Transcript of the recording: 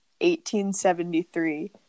1873